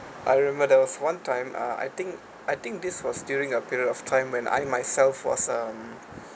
I remember there was one time uh I think I think this was during a period of time when I myself was um